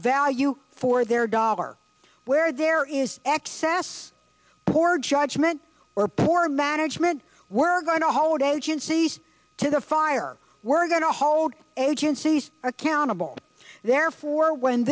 value for their dollar where there is excess poor judgment or poor management we're going to hold agencies to the fire we're going to hold agencies accountable therefore when